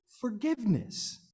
forgiveness